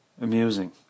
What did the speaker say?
amusing